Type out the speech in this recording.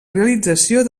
realització